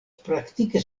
praktike